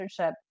internship